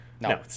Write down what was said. No